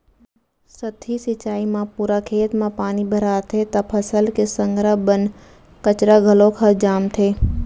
सतही सिंचई म पूरा खेत म पानी भराथे त फसल के संघरा बन कचरा घलोक ह जामथे